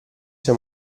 sue